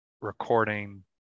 recording